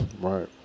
Right